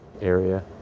area